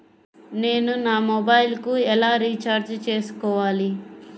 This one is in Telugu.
నేను నా మొబైల్కు ఎలా రీఛార్జ్ చేసుకోవాలి?